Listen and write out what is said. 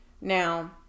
Now